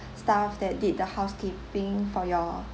staff that did the housekeeping for your